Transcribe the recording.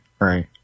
right